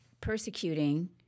persecuting